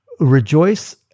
Rejoice